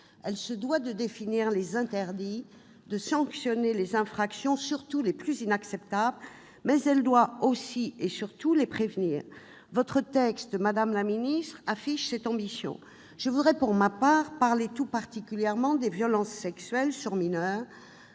Elle se doit de poser des interdits, de sanctionner les infractions, surtout les plus inacceptables, mais elle doit aussi et surtout les prévenir. Votre texte, madame la ministre, affiche cette ambition. Pour ma part, j'évoquerai tout particulièrement les violences sexuelles sur mineurs,